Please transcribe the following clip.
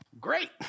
Great